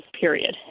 period